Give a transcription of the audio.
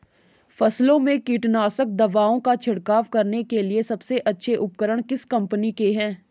फसलों में कीटनाशक दवाओं का छिड़काव करने के लिए सबसे अच्छे उपकरण किस कंपनी के हैं?